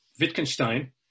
Wittgenstein